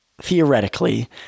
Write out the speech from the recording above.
theoretically